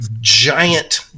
giant